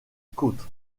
côte